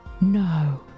No